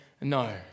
no